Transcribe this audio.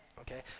okay